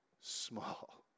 small